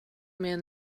med